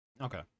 okay